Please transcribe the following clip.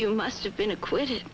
you must have been acquitted